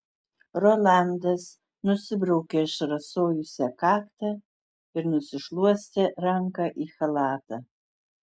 rolandas nusibraukė išrasojusią kaktą ir nusišluostė ranką į chalatą